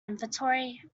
inventory